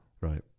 Right